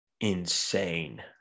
insane